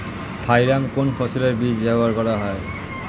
Thiram কোন ফসলের বীজে ব্যবহার করা হয়?